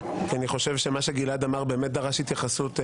חושב שמה שגלעד אמר באמת דרש התייחסות,